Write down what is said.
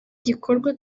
gikorwa